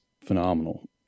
phenomenal